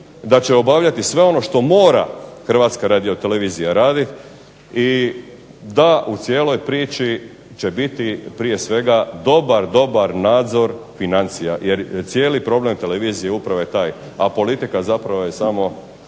da će obavljati sve ono što mora HRT-i radi i da u cijeloj priči će biti prije svega dobar, dobar nadzor financija, jer cijeli problem televizije je upravo taj. A politika je zapravo samo